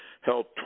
held